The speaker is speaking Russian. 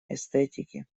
эстетики